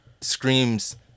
screams